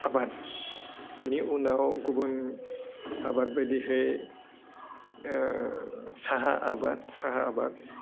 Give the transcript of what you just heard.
आबाद बिनि उनाव गुबुन आबाद बादिहै साहा आबाद साहा आबाद